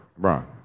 LeBron